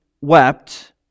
wept